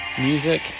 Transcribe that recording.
music